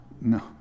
no